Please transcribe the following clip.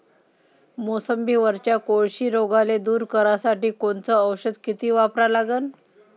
मोसंबीवरच्या कोळशी रोगाले दूर करासाठी कोनचं औषध किती वापरा लागन?